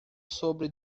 sobre